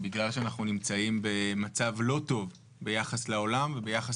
שבגלל שאנחנו נמצאים במצב לא טוב ביחס לעולם וביחס